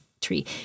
tree